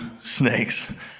snakes